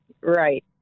right